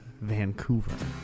Vancouver